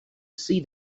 see